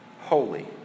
holy